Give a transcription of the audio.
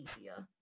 easier